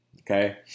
okay